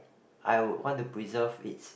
I want to preserve it